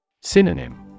Synonym